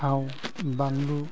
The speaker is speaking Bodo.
थाव बानलु